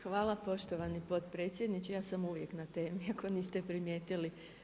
Hvala poštovani potpredsjedniče, ja sam uvijek na temi, ako niste primijetili.